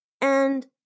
and-